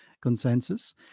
consensus